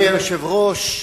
תודה רבה.